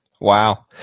Wow